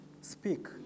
speak